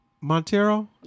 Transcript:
Montero